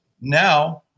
Now